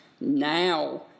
now